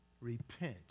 Repent